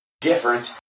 different